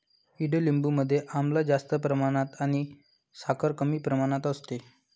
ईडलिंबू मध्ये आम्ल जास्त प्रमाणात आणि साखर कमी प्रमाणात असते